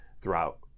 throughout